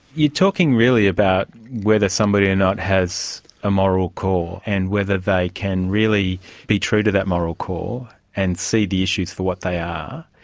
you're talking really about whether somebody or not has a moral core, and whether they can really be true to that moral core and see the issues for what they are.